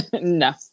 No